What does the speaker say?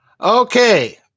Okay